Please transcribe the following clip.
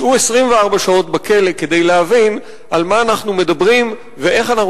ישהו 24 שעות בכלא כדי להבין על מה אנחנו מדברים ואיך אנחנו